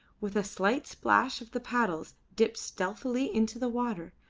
with a slight splash of the paddles dipped stealthily into the water,